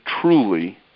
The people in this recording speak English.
truly